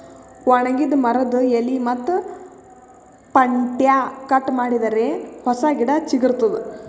ಒಣಗಿದ್ ಮರದ್ದ್ ಎಲಿ ಮತ್ತ್ ಪಂಟ್ಟ್ಯಾ ಕಟ್ ಮಾಡಿದರೆ ಹೊಸ ಗಿಡ ಚಿಗರತದ್